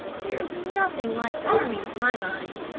there is nothing like farming, to my mind.